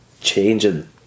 changing